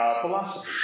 philosophy